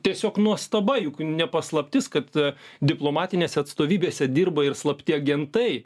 tiesiog nuostaba juk ne paslaptis kad diplomatinėse atstovybėse dirba ir slapti agentai